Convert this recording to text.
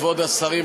כבוד השרים,